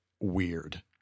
weird